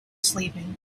sleeping